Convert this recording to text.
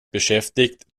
beschäftigt